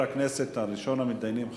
ראשון המתדיינים,